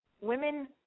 women